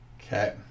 okay